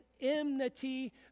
enmity